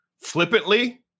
flippantly